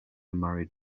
married